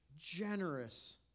generous